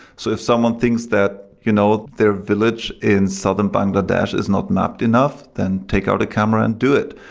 so if someone thinks that you know their village in southern bangladesh is not mapped enough, then take out a camera and do it,